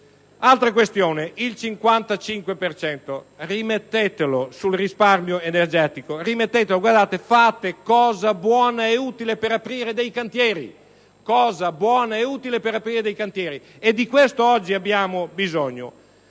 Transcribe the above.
per cento; rimettetela sul risparmio energetico: farete cosa buona e utile per aprire dei cantieri. E di questo oggi abbiamo bisogno.